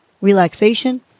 relaxation